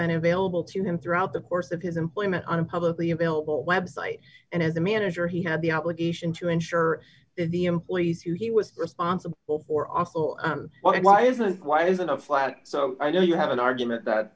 been available to him throughout the course of his employment on a publicly available web site and as a manager he had the obligation to ensure the employees who he was responsible for awful well why isn't why isn't a flat so i know you have an argument that